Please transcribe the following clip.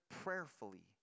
prayerfully